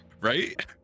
right